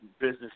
business